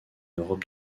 europe